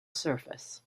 surface